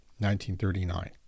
1939